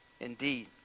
Indeed